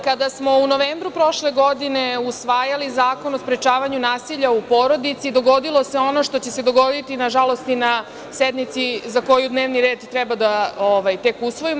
Kada smo u novembru prošle godine usvajali Zakon o sprečavanju nasilja u porodici dogodilo se ono što će se dogoditi, nažalost i na sednici za koju dnevni red treba tek da usvojimo.